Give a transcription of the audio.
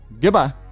Goodbye